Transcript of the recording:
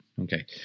Okay